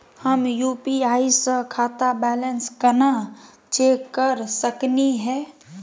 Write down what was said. हम यू.पी.आई स खाता बैलेंस कना चेक कर सकनी हे?